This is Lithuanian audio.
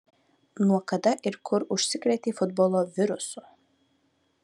nuo kada ir kur užsikrėtei futbolo virusu